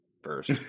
First